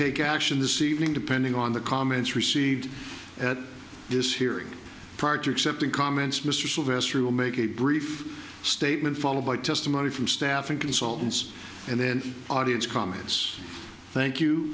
take action this evening depending on the comments received at this hearing prior to accepting comments mr sylvester will make a brief statement followed by testimony from staff and consultants and then audience comments thank you